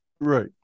Right